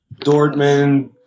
Dortmund